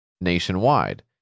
nationwide